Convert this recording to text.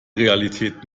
realität